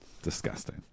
disgusting